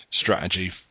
strategy